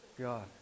God